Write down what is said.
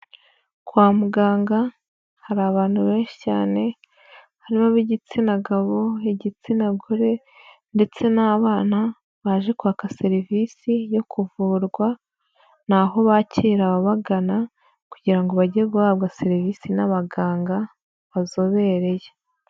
Kwa muganga hari abantu benshi cyane harimo ab'igitsina gabo, igitsina gore, ndetse n'abana baje kwaka serivisi yo kuvurwa, ni aho bakira abagana kugira bajye guhabwa serivisi n'abaganga bazobereye.